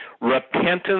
repentance